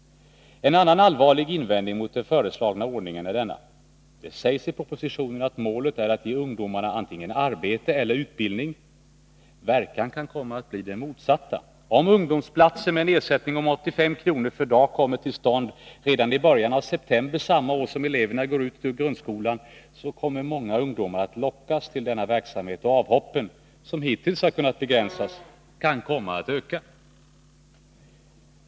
En annan allvarlig invändning mot den föreslagna ordningen är denna: Det sägs i propositionen att målet är att ge ungdomarna antingen arbete eller utbildning. Verkan kan komma att bli den motsatta. Om ungdomsplatser med en ersättning om 85 kr. per dag kommer till stånd redan i början av september samma år som eleverna går ut ur grundskolan, kommer många ungdomar att lockas till denna verksamhet, och avhoppen — som hittills har kunnat begränsas — kan komma att öka.